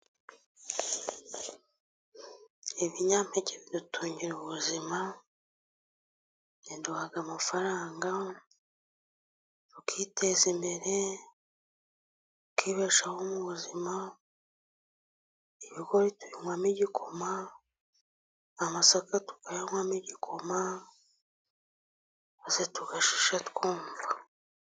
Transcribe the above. Ibinyampeke bidutungira ubuzima, biduha amafaranga yukiteza imbere, tukibeshaho mubuzima. Ibigori tubinwamo igikoma, amasaka tukayanywamo igikoma, tugashisha twumva.